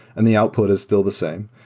and the output is still the same.